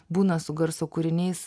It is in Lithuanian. būna su garso kūriniais